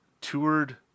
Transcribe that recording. toured